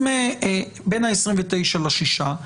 בין ה-29 ל-6 באפריל,